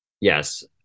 Yes